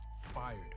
fired